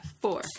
four